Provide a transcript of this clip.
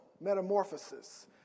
Metamorphosis